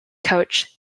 coach